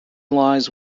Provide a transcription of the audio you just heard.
lies